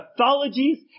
pathologies